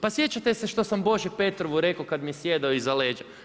Pa sjećate se što sam Boži Petrovu rekao kad mi je sjedao iza leđa.